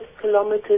kilometers